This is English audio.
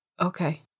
Okay